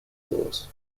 todos